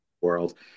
world